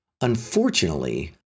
Unfortunately